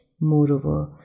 Moreover